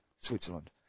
Switzerland